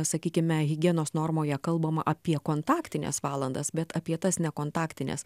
sakykime higienos normoje kalbama apie kontaktines valandas bet apie tas nekontaktines